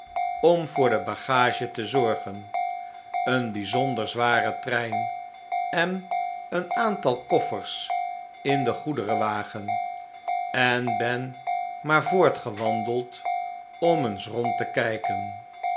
om voor de bagage te zorgen een bijzonder zware trein en een aantal koffers in den goederenwagen en ben maar voortgewandeld omeensrond te kijken